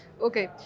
Okay